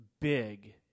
big